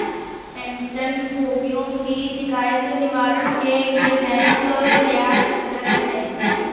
pension भोगियों की शिकायत निवारण के लिए बैंक प्रयासरत है